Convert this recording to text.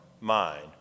mind